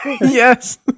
Yes